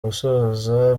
gusoza